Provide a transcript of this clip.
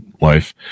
life